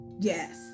Yes